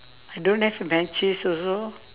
I don't have matches also